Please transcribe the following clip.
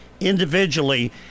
individually